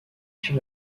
sur